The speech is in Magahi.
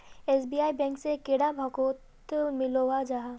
एस.बी.आई बैंक से कैडा भागोत मिलोहो जाहा?